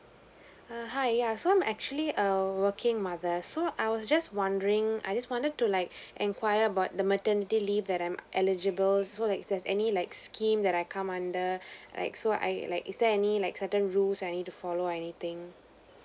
err hi yeah so I'm actually err working mother so I was just wondering I just wanted to like enquire about the maternity leave that I'm eligible so like is there any like scheme that I come under like so I like is there any like certain rules I need to follow or anything